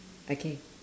okay